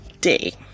day